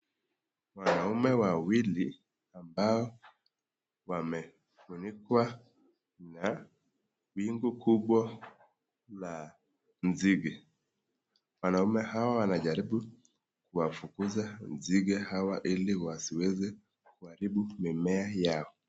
Wanaume awili ambao wamefunikwa na wimbi kubwa la nzige wanaume hawa wanajaribu kuwafuguza nzige hawa ili wasiweze kuharibu mimmea yao.